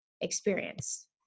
experience